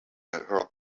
heard